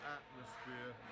atmosphere